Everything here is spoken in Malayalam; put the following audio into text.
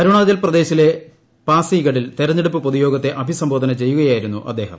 അരുണാചൽ പ്രദേശിലെ പാസിഗഡിൽ തെരഞ്ഞെടുപ്പ് പൊതുയോഗത്തെ അഭിസംബോധന ചെയ്യുകയായിരുന്നു അദ്ദേഹം